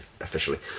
officially